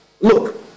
look